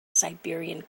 siberian